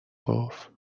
گفتآیا